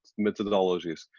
methodologies